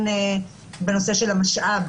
בעוד שהנחיות יועץ,